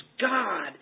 God